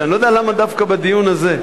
אני לא יודע למה דווקא בדיון הזה.